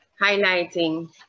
highlighting